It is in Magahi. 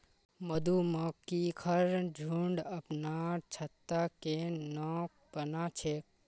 मधुमक्खिर झुंड अपनार छत्ता केन न बना छेक